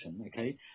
okay